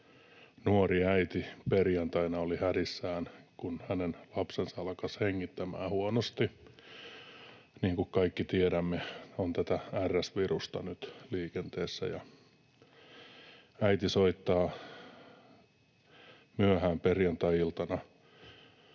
nuori äiti perjantaina oli hädissään, kun hänen lapsensa alkoi hengittämään huonosti. Niin kuin kaikki tiedämme, on tätä RS-virusta nyt liikenteessä. Äiti soittaa myöhään perjantai-iltana